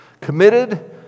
committed